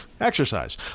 exercise